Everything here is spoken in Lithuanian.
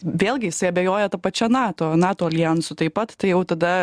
vėlgi jisai abejoja ta pačia nato nato aljansu taip pat tai jau tada